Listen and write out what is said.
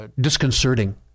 disconcerting